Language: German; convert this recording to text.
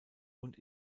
und